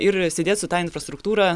ir sėdėti su ta infrastruktūra